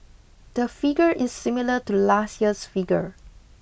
the figure is similar to last year's figure